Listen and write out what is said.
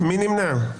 מי נמנע?